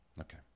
okay